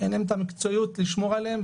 אין את המקצועיות לשמור עליהם,